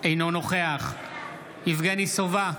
אינו נוכח יבגני סובה,